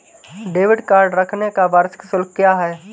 Debit card रखने का वार्षिक शुल्क क्या है?